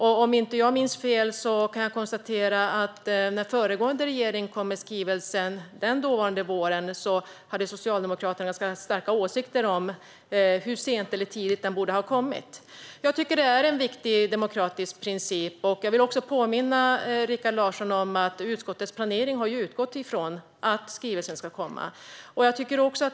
Om jag inte minns fel kan jag konstatera att när den föregående regeringen kom med skrivelsen hade Socialdemokraterna åsikter om hur sent eller tidigt som den borde ha kommit. Jag tycker att det är en viktig demokratiskt princip. Jag vill också påminna Rikard Larsson om att utskottets planering har utgått ifrån att skrivelsen skulle komma.